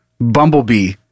bumblebee